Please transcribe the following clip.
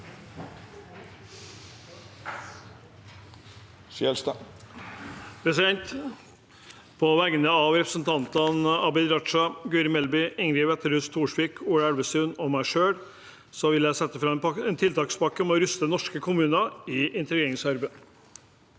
På vegne av re- presentantene Abid Raja, Guri Melby, Ingvild Wetrhus Thorsvik, Ola Elvestuen og meg selv vil jeg sette fram forslag om tiltakspakke for å ruste norske kommuner i integreringsarbeidet.